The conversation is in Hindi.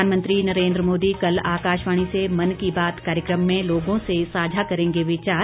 प्रधानमंत्री नरेंद्र मोदी कल आकाशवाणी से मन की बात कार्यक्रम में लोगों से साझा करेंगे विचार